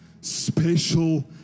special